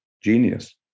genius